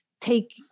Take